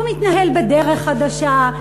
הוא מתנהל בדרך חדשה,